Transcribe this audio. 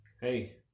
Hey